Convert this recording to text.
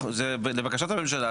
וזה לבקשת הממשלה,